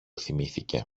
θυμήθηκε